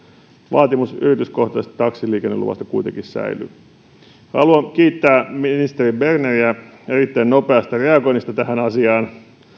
vaatimus yrityskohtaisesta taksiliikenneluvasta kuitenkin säilyy haluan kiittää ministeri berneriä erittäin nopeasta reagoinnista tähän asiaan